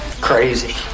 crazy